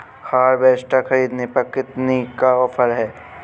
Harvester ख़रीदने पर कितनी का ऑफर है?